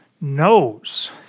knows